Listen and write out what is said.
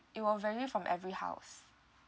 it will vary from every house